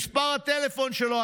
מספר הטלפון שלו,